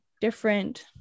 different